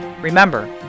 Remember